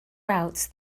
routes